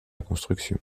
construction